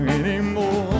anymore